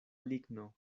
ligno